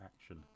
action